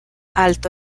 alto